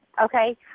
okay